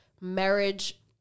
marriage